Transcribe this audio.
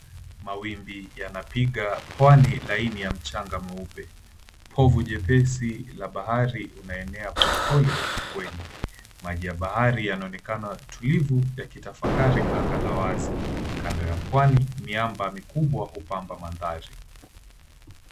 Mawimbi yanapiga pwani laini ya mchanga mweupe. Povu lepesi la bahari unenea polepole ufukweni. Maji ya bahari yanaonekana tulivu yakitafakari anga la wazi. Kando ya pwani, miamba mikubwa hupamba maandhari.